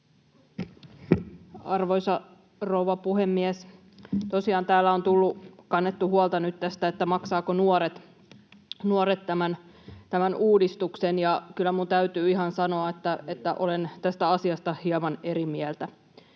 Arvoisa rouva puhemies! Tosiaan täällä on kannettu huolta nyt tästä, maksavatko nuoret tämän uudistuksen, ja kyllä minun täytyy ihan sanoa, että olen tästä asiasta hieman eri mieltä.